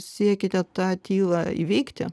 siekiate tą tylą įveikti